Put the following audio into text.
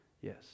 Yes